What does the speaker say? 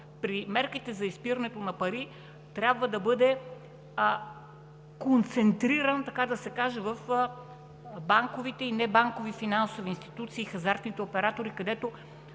при мерките за изпирането на пари трябва да бъде концентриран, така да се каже, в банковите, небанкови финансови институции и хазартните оператори, където